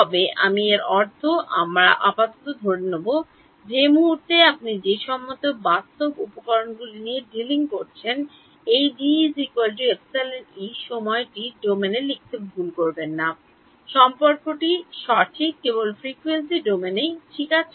তবে আমি এর অর্থ আমরা আপাতত ধরে নেব যে মুহূর্তে আপনি বাস্তবসম্মত উপকরণগুলি নিয়ে ডিলিং করেছেন এই D ε E সময়টি ডোমেনে লিখতে ভুল সঠিক সম্পর্কটি কেবল ফ্রিকোয়েন্সি ডোমেনে ঠিক আছে